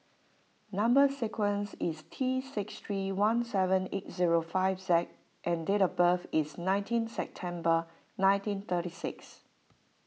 Number Sequence is T six three one seven eight zero five Z and date of birth is nineteen September nineteen thirty six